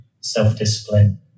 self-discipline